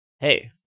Hey